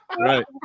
Right